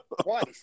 Twice